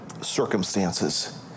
circumstances